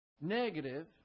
negative